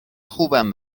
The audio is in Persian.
خوبم